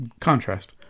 contrast